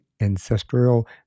ancestral